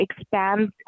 expand